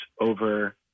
over